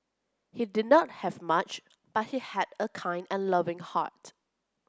he did not have much but he had a kind and loving heart